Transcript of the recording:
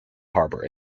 harbour